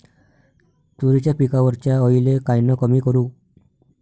तुरीच्या पिकावरच्या अळीले कायनं कमी करू?